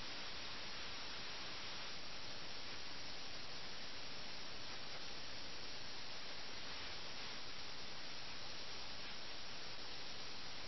അവർക്ക് രാഷ്ട്രീയ ഇച്ഛാശക്തിയില്ലാതായിരിക്കുന്നു രാഷ്ട്രീയ വിഷയങ്ങളിൽ അവർക്ക് ആശങ്കയില്ല അവർ രാഷ്ട്രീയമായി നിസ്സംഗരാണെങ്കിലും വ്യക്തിപരമായി ഉദാസീനരല്ല